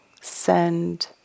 send